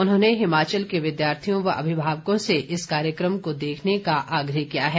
उन्होंने हिमाचल के विद्यार्थियों व अभिभावकों से इस कार्यक्रम को देखने का आग्रह किया है